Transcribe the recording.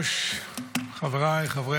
סדר-היום: הצעות להביע